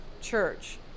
church